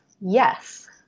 yes